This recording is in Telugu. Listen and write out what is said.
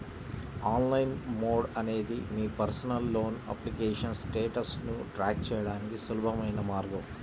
ఆన్లైన్ మోడ్ అనేది మీ పర్సనల్ లోన్ అప్లికేషన్ స్టేటస్ను ట్రాక్ చేయడానికి సులభమైన మార్గం